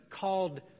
called